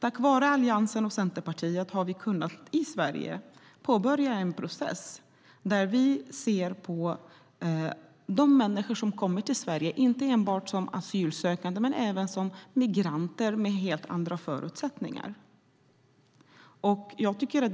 Tack vare Alliansen och Centerpartiet har vi i Sverige kunnat påbörja en process där vi ser de människor som kommer hit inte bara som asylsökande utan som migranter med helt andra förutsättningar.